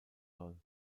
soll